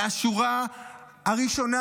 מהשורה הראשונה,